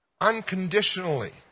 unconditionally